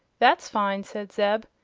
that's fine, said zeb.